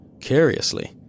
Curiously